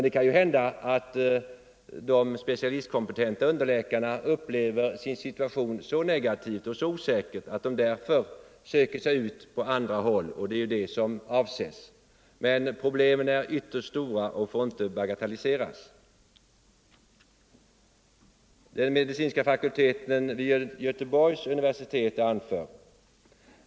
Det kan hända att de specialistkompetenta underläkarna upplever sin situation så negativ och osäker att de för denskull söker sig ut på andra håll — och det är ju det som avses. Men problemen är mycket stora och får inte bagatelliseras.